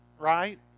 right